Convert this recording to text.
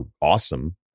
awesome